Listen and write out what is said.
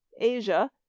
Asia